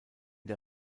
der